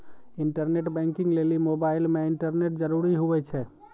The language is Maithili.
इंटरनेट बैंकिंग लेली मोबाइल मे इंटरनेट जरूरी हुवै छै